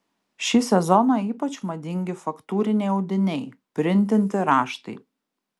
šį sezoną ypač madingi faktūriniai audiniai printinti raštai